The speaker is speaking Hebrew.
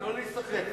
לא להיסחף.